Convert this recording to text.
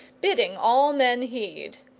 bidding all men heed.